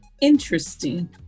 Interesting